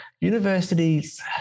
universities